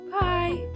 bye